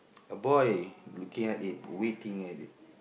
a boy looking at it waiting at it